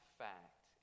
fact